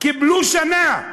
קיבלו שנה,